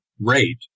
rate